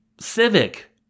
Civic